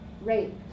Rape